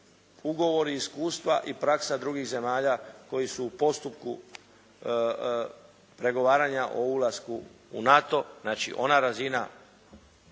ugovori, iskustva i praksa drugih zemalja koji su u postupku pregovaranja o ulasku u NATO. Znači, ona razina